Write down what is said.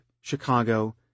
Chicago